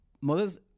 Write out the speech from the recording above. mothers